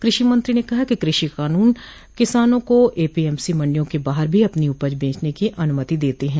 कृषिमंत्री ने कहा कि कृषि कानून किसानों को एपीएमसी मंडियों के बाहर भी अपनी उपज बेचने की अनुमति देते हैं